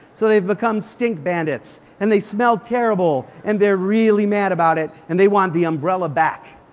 so they become stink bandits. and they smell terrible. and they're really mad about it. and they want the umbrella back.